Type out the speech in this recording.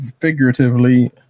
figuratively